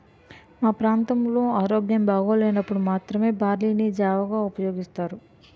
మా ప్రాంతంలో ఆరోగ్యం బాగోలేనప్పుడు మాత్రమే బార్లీ ని జావగా ఉపయోగిస్తారు